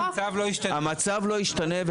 ישתנה,